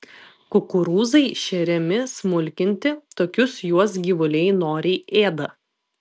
kukurūzai šeriami smulkinti tokius juos gyvuliai noriai ėda